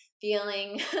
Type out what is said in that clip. Feeling